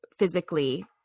Physically